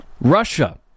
Russia